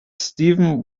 steven